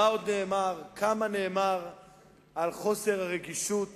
מה עוד נאמר, כמה דובר על חוסר הרגישות